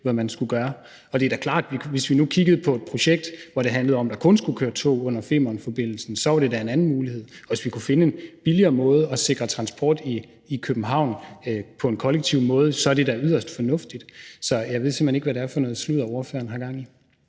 hvad man skulle gøre. Det er da klart, at hvis vi nu kiggede på et projekt, hvor det handlede om, at der kun skulle være tog på Femernforbindelsen, var det da noget andet, og hvis vi kunne finde en billigere måde at sikre transport på i København på en kollektiv måde, ville det da være yderst fornuftigt. Så jeg ved simpelt hen ikke, hvad det er for noget sludder, ordføreren